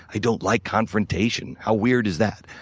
i don't like confrontation. how weird is that?